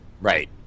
right